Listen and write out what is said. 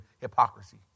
hypocrisy